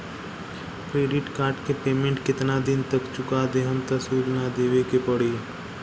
Credit card के payment केतना दिन तक चुका देहम त सूद ना देवे के पड़ी?